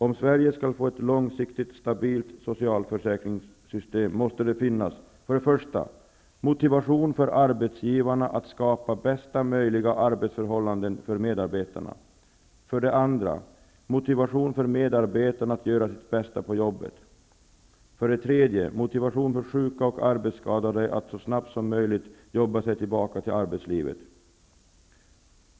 Om Sverige skall få ett långsiktigt, stabilt socialförsäkringssystem måste det finnas för det första motivation för arbetsgivarna att skapa bästa möjliga arbetsförhållanden för medarbetarna, för det andra motivation för medarbetarna att göra sitt bästa på jobbet och för det tredje motivation för sjuka och arbetsskadade att så snabbt som möjligt jobba sig tillbaka till arbetslivet.